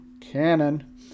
canon